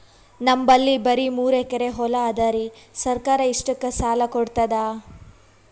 ನಮ್ ಬಲ್ಲಿ ಬರಿ ಮೂರೆಕರಿ ಹೊಲಾ ಅದರಿ, ಸರ್ಕಾರ ಇಷ್ಟಕ್ಕ ಸಾಲಾ ಕೊಡತದಾ?